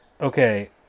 okay